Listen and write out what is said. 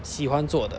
喜欢做的